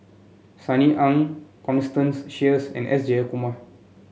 Sunny Aung Constance Sheares and S Jayakumar